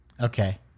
Okay